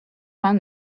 vingt